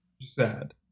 sad